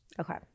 Okay